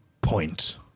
point